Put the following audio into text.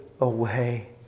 away